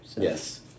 Yes